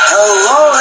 Hello